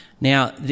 Now